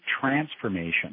transformation